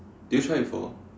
did you try before